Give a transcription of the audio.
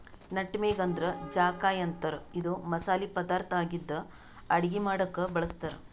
nutmeg ಅಂದ್ರ ಜಾಯಿಕಾಯಿ ಅಂತಾರ್ ಇದು ಮಸಾಲಿ ಪದಾರ್ಥ್ ಆಗಿದ್ದ್ ಅಡಗಿ ಮಾಡಕ್ಕ್ ಬಳಸ್ತಾರ್